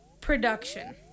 production